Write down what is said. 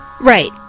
Right